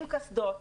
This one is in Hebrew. עם קסדות,